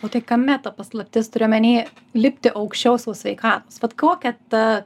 o tai kame ta paslaptis turiu omeny lipti aukščiau savo sveikatos vat kokia ta